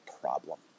problem